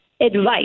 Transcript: advice